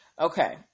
Okay